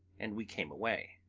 and we came away.